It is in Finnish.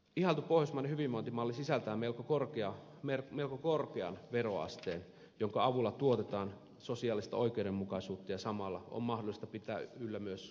ihailtu pohjoismainen hyvinvointimalli sisältää melko korkean veroasteen jonka avulla tuotetaan sosiaalista oikeudenmukaisuutta ja samalla on mahdollista pitää yllä myös korkeaa työllisyysastetta